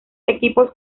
equipos